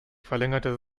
verlängerte